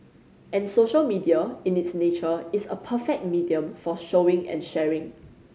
and social media in its nature is a perfect medium for showing and sharing